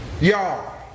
y'all